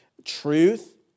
Truth